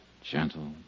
gentle